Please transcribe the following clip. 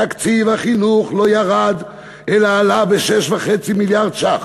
תקציב החינוך לא ירד, אלא עלה ב-6.5 מיליארד ש"ח.